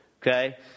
Okay